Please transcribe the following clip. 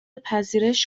پذیرش